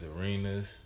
arenas